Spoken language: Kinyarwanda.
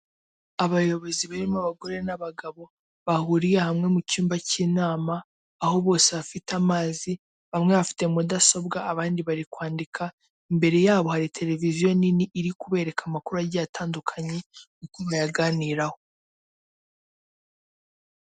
Tagisi vuwatire yo mu bwoko bwa yego kabusi ushobora guhamagara iriya nimero icyenda rimwe icyenda rimwe ikaza ikagutwara aho waba uherereye hose kandi batanga serivisi nziza n'icyombaziho .